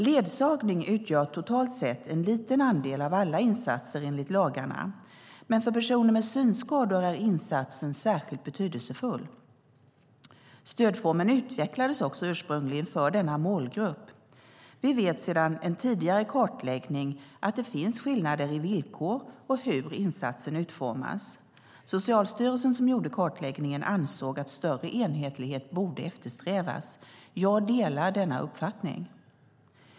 Ledsagning utgör totalt sett en liten andel av alla insatser enligt lagarna, men för personer med synskador är insatsen särskilt betydelsefull. Stödformen utvecklades också ursprungligen för denna målgrupp. Vi vet sedan en tidigare kartläggning att det finns skillnader i villkor och i hur insatsen utformas. Socialstyrelsen, som gjorde kartläggningen, ansåg att större enhetlighet borde eftersträvas. Jag delar denna uppfattning.